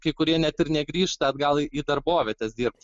kai kurie net ir negrįžta atgal į darbovietes dirbt